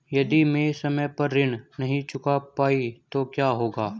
यदि मैं समय पर ऋण नहीं चुका पाई तो क्या होगा?